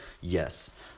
yes